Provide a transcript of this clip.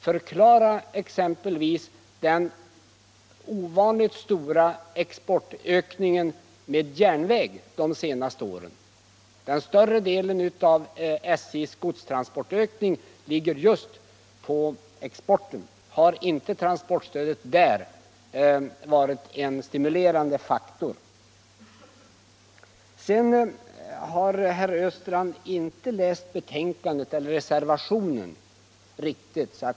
Förklara exempelvis den ovanligt stora exportökningen med järnväg de senaste åren! Större delen av SJ:s godstransportökning ligger just på exporten. Har inte transportstödet där varit en stimulerande faktor? Herr Östrand har tydligen inte läst reservationen 1 riktigt.